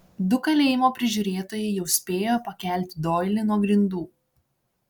du kalėjimo prižiūrėtojai jau spėjo pakelti doilį nuo grindų